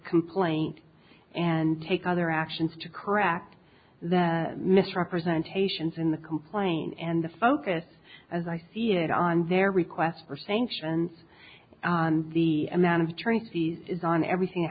complaint and take other actions to correct the misrepresentations in the complaint and the focus as i see it on their request for sanctions on the amount of tracy's is on everything that